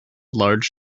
large